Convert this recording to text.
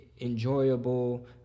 enjoyable